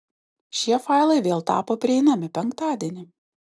šie failai vėl tapo prieinami penktadienį